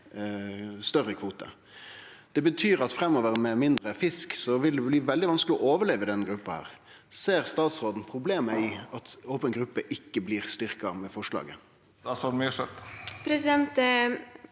ikkje får større kvote. Det betyr at med mindre fisk framover vil det bli veldig vanskeleg å overleve i den gruppa. Ser statsråden problemet i at open gruppe ikkje blir styrkt med forslaget?